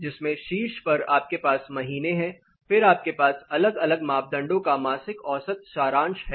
जिसमें शीर्ष पर आपके पास महीने हैं फिर आपके पास अलग अलग मापदंडों का मासिक औसत सारांश है